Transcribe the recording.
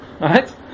Right